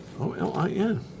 O-L-I-N